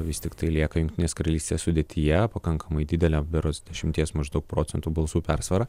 vis tiktai lieka jungtinės karalystės sudėtyje pakankamai didelė berods dešimties maždaug procentų balsų persvara